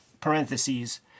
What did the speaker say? parentheses